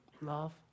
love